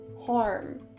harm